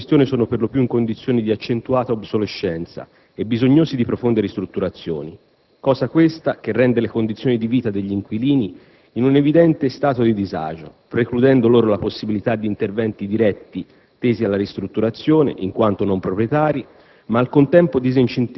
Tra l'altro, gli immobili in questione sono per lo più in condizione di accentuata obsolescenza e bisognosi di profonde ristrutturazioni, cosa questa che rende le condizioni di vita degli inquilini in un evidente stato di disagio, precludendo loro la possibilità di interventi diretti tesi alla ristrutturazione, in quanto non proprietari;